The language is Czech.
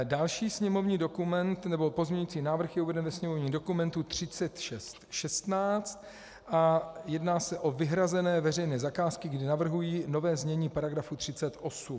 Další sněmovní dokument, nebo pozměňující návrh je uveden ve sněmovním dokumentu 3616 a jedná se o vyhrazené veřejné zakázky, kdy navrhuji nové znění § 38.